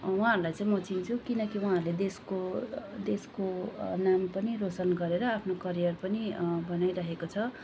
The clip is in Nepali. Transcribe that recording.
उहाँहरूलाई चाहिँ म चिन्छु किनकि वहाँहरूले देशको देशको नाम पनि रोसन गरेर आफ्नो करियर पनि बनाइरहेको छ